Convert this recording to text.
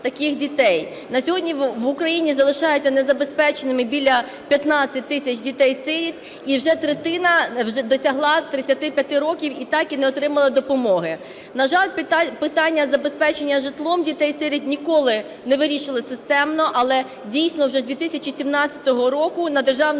На сьогодні в Україні залишається незабезпеченими біля 15 тисяч дітей-сиріт, і вже третина досягла 35 років, і так і не отримали допомоги. На жаль, питання забезпечення житлом дітей-сиріт ніколи не вирішувалось системно, але дійсно вже з 2017 року на державному рівні